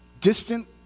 distant